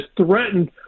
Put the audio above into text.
threatened